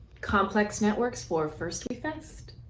complex networks for first we feast.